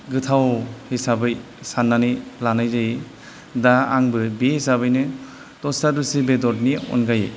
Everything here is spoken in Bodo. गोथाव हिसाबै साननानै लानाय जायो दा आंबो बे हिसाबैनो दस्रा दस्रि बेदरनि अनगायै